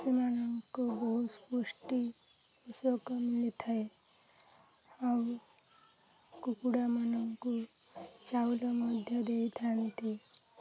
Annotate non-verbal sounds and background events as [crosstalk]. ସେମାନଙ୍କୁ ବହୁ ସ୍ପୃଷ୍ଟି [unintelligible] ମିଳିଥାଏ ଆଉ କୁକୁଡ଼ାମାନଙ୍କୁ ଚାଉଳ ମଧ୍ୟ ଦେଇଥାନ୍ତି